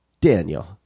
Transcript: Daniel